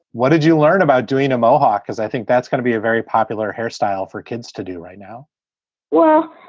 what did you learn about doing a mohawk? because i think that's gonna be a very popular hairstyle for kids to do right now well,